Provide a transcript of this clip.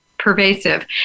pervasive